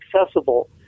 accessible